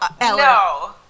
no